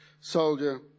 soldier